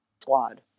Squad